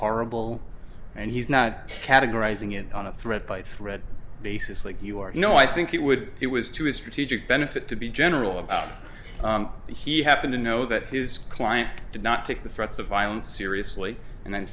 horrible and he's not categorizing it on a threat by threat basis like you are you know i think it would it was to his strategic benefit to be general about the he happened to know that his client did not take the threats of violence seriously and